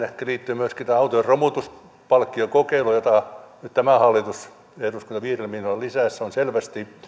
ehkä liittyy myöskin tämä autojen romutuspalkkiokokeilu jota nyt tämä hallitus ja eduskunta viidellä miljoonalla lisäsi se on selvästi